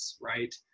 right